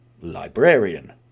librarian